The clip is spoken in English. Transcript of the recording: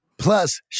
Plus